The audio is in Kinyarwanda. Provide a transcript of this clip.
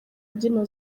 mbyino